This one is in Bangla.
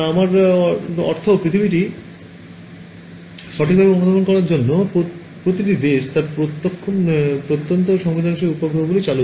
আমার অর্থ পৃথিবীটি সঠিকভাবে অনুধাবন করার জন্য প্রতিটি দেশ তার প্রত্যন্ত সংবেদনশীল উপগ্রহগুলি চালু করে